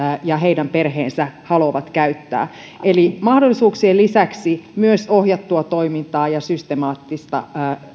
ja heidän perheensä haluavat käyttää eli mahdollisuuksien lisäksi myös ohjattua toimintaa ja systemaattista